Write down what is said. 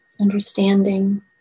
understanding